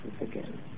again